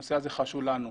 הנושא הזה חשוב לנו.